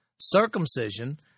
Circumcision